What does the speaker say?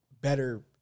better